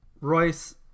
Royce